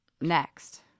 next